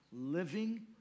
Living